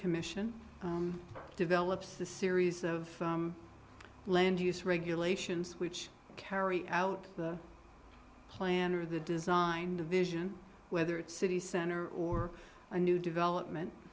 commission develops a series of land use regulations which carry out the plan or the design division whether it's city center or a new development